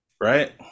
right